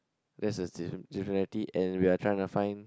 that's the and we're trying to find